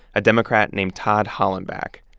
a democrat named todd hollenbach.